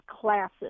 classes